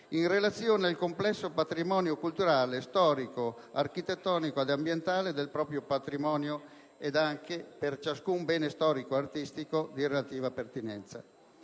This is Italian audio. in relazione al proprio complesso patrimonio culturale, storico, architettonico ed ambientale ed anche per ciascun bene storico-artistico di relativa pertinenza.